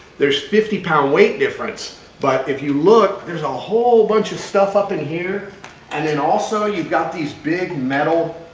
there's fifty pound weight difference but if you look. there's a whole bunch of stuff up in here and then also, you've got these big metal